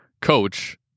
coach